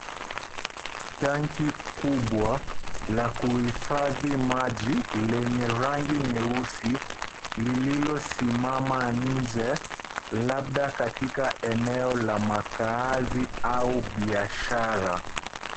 Tanki kubwa la kuhifadhi maji lenye rangi ya nyeusi lililosimama nje labda katika eneo la makazi au biashara.